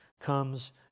comes